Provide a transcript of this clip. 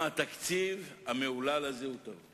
דרדר יושב-ראש המפלגה שלך את המפלגה,